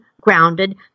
grounded